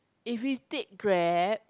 if we take Grab